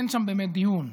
אין שם באמת דיון,